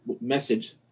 message